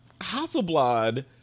Hasselblad